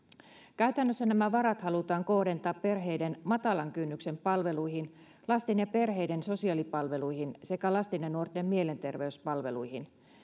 käytännössä nämä varat halutaan kohdentaa perheiden matalan kynnyksen palveluihin lasten ja perheiden sosiaalipalveluihin sekä lasten ja nuorten mielenterveyspalveluihin